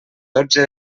dotze